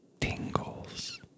tingles